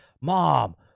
Mom